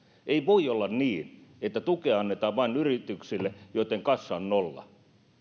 ei voi olla niin että tukea annetaan vain yrityksille joitten kassa on nolla